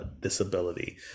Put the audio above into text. disability